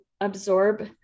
absorb